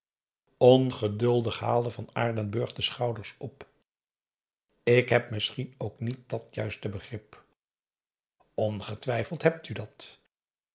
ongeduldig haalde van aardenburg de schouders op ik heb misschien ook niet dat juiste begrip ongetwijfeld hebt u dat